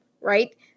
right